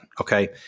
Okay